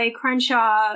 Crenshaw